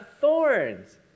thorns